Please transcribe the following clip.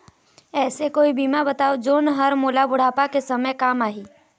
ऐसे कोई बीमा बताव जोन हर मोला बुढ़ापा के समय काम आही?